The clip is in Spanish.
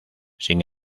sin